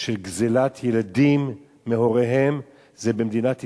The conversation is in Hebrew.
של גזלת ילדים מהוריהם, זה במדינת ישראל.